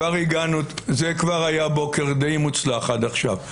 זה כבר היה בוקר די מוצלח עד עכשיו.